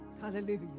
Hallelujah